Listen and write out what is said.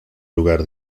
lugar